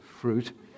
fruit